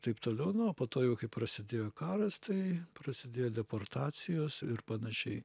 taip toliau na o po to jau kai prasidėjo karas tai prasidėjo deportacijos ir panašiai